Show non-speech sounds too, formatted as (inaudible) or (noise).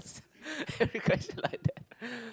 (laughs) any question like that